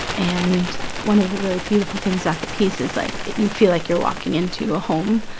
and one of the really beautiful things about the piece is, like, you feel like you're walking into a home.